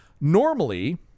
Normally